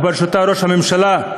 ובראשה ראש הממשלה,